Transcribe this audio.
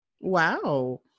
Wow